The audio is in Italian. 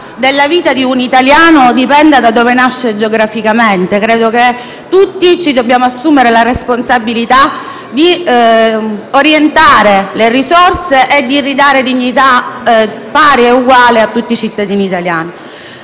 vita di un italiano dipenda da dove nasce geograficamente. Credo che tutti ci dobbiamo assumere la responsabilità di orientare le risorse e di ridare dignità pari e uguale a tutti i cittadini italiani.